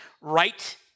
right